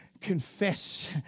Confess